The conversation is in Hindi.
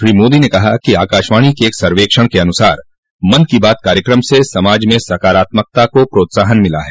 श्री मोदी ने कहा कि आकाशवाणी के एक सर्वेक्षण के अनुसार मन की बात कार्यक्रम से समाज में सकारात्मकता को प्रोत्साहन मिला है